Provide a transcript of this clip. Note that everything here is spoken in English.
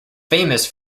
famous